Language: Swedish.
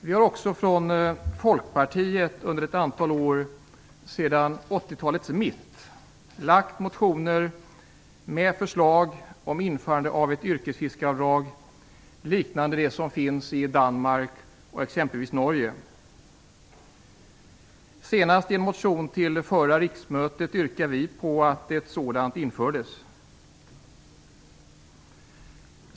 Vi har också från Folkpartiet under ett antal år sedan 80-talets mitt väckt motioner med förslag om införande av ett yrkesfiskeavdrag liknande det som finns i exempelvis Danmark och Norge. Senast i en motion under förra riksmötet yrkade vi på att ett sådant avdrag infördes.